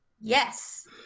Yes